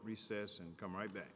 recess and come right back